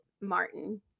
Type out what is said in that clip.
Martin